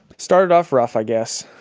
started off rough, i guess